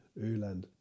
Öland